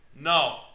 No